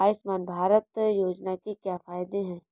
आयुष्मान भारत योजना के क्या फायदे हैं?